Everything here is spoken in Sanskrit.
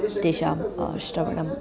तेषां श्रवणं